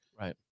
right